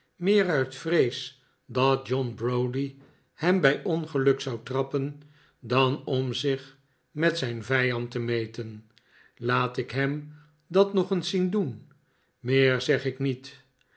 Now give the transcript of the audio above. meer uit vrees dat john brpwdie hem bij ongeluk zou trappen dan om zich met zijn vijand te meten laat ik hem dat nog eens zien doen meer zeg ik niet